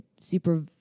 super